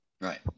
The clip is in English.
Right